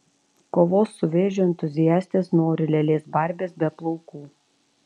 kovos su vėžiu entuziastės nori lėlės barbės be plaukų